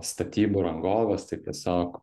statybų rangovas tai tiesiog